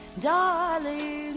darling